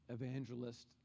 evangelist